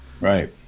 Right